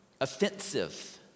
offensive